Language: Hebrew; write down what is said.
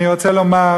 אני רוצה לומר